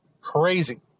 crazy